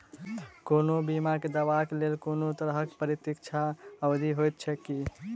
कोनो बीमा केँ दावाक लेल कोनों तरहक प्रतीक्षा अवधि होइत छैक की?